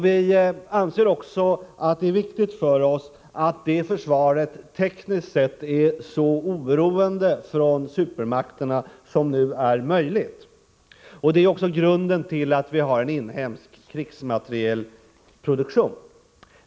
Vi anser också att det är viktigt för oss att det försvaret tekniskt sett är så oberoende av supermakterna som det är möjligt. Detta är grunden till att vi har en inhemsk krigsmaterielproduktion.